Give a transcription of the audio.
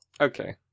Okay